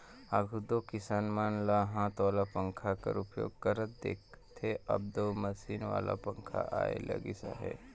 आघु दो किसान मन ल हाथ वाला पंखा कर उपयोग करत देखथे, अब दो मसीन वाला पखा आए लगिस अहे